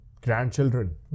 grandchildren